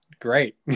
Great